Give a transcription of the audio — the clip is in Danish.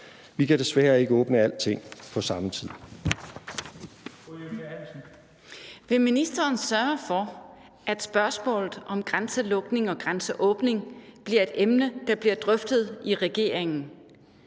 Hansen. Kl. 13:32 Eva Kjer Hansen (V): Vil ministeren sørge for, at spørgsmålet om grænselukning og grænseåbning bliver et emne, der bliver drøftet i regeringen,